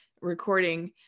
recording